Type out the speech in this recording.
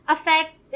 Affect